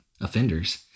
offenders